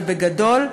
ובגדול,